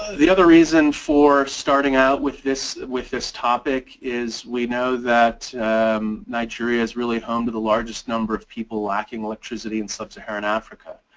the other reason for starting out with this with this topic is we know that um nigeria is really home to the largest number of people lacking electricity in sub-saharan africa.